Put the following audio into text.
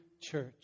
church